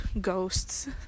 ghosts